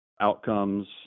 outcomes